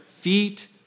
feet